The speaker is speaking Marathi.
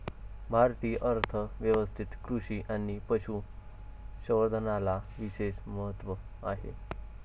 भारतीय अर्थ व्यवस्थेत कृषी आणि पशु संवर्धनाला विशेष महत्त्व आहे